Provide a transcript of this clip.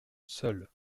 seul